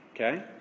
okay